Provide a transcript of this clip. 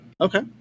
Okay